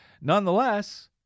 Nonetheless